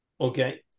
Okay